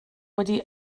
wedi